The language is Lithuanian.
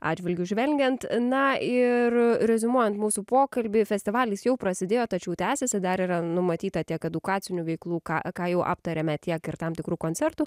atžvilgiu žvelgiant na ir reziumuojant mūsų pokalbį festivalis jau prasidėjo tačiau tęsiasi dar yra numatyta tiek edukacinių veiklų ką jau aptarėme tiek ir tam tikrų koncertų